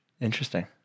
Interesting